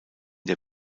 der